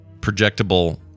projectable